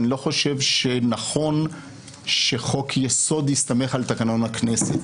אני לא חושב שנכון שחוק-יסוד יסתמך על תקנון הכנסת,